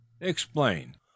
Explain